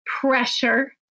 pressure